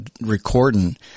recording